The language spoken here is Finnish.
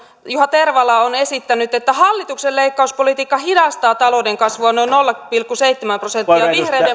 juha tervala on esittänyt että hallituksen leikkauspolitiikka hidastaa talouden kasvua noin nolla pilkku seitsemän prosenttia vihreiden